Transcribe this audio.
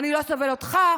אני לא סובל אותך,